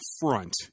front